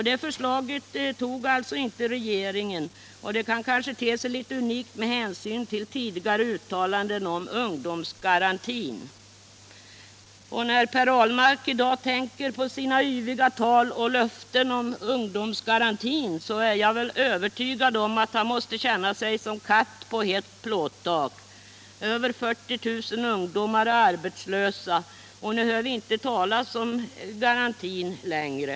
Det förslaget tog alltså inte regeringen, och det ter sig unikt med hänsyn till tidigare uttalanden om ungdomsgarantin. När Per Ahlmark i dag tänker på sina yviga tal och löften om ungdomsgarantin måste han — det är jag övertygad om — känna sig som katt på hett plåttak. Över 40 000 ungdomar är arbetslösa, och nu hör vi inte talas om någon garanti längre.